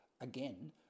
again